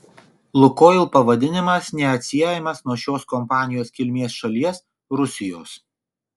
lukoil pavadinimas neatsiejamas nuo šios kompanijos kilmės šalies rusijos